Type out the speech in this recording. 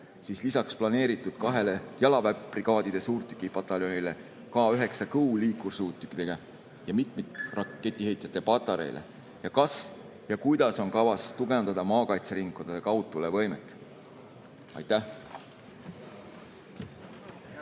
lisaks planeeritud kahele jalaväebrigaadide suurtükipataljonile K9 Kõu liikursuurtükkidega ja mitmikraketiheitjate patareile? Kas ja kuidas on kavas tugevdada maakaitseringkondade kaudtulevõimet? Rohkem